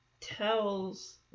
tells